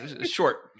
short